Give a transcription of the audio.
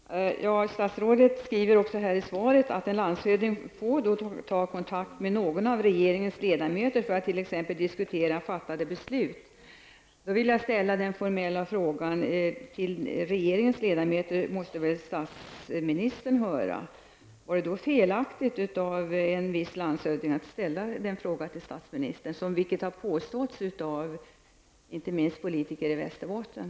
Herr talman! Statsrådet skriver i svaret att en landshövding får ta kontakt med någon av regeringens ledamöter för att t.ex. diskutera fattade beslut. Till regeringens ledamöter måste väl statsministern höra? Var det då fel av en viss landshövding att ställa en fråga till statsministern, vilket har påståtts av inte minst politiker i Västerbotten?